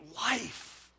life